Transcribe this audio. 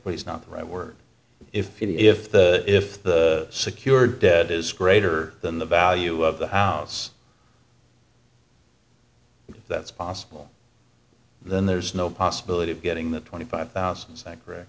but it's not the right word if it if the if the secured debt is greater than the value of the house if that's possible then there's no possibility of getting that twenty five thousand psi correct